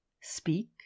speak